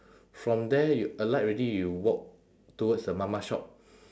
from there you alight already you walk towards the mama shop